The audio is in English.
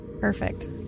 Perfect